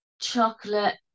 chocolate